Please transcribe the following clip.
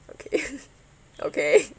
okay okay